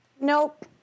Nope